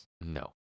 No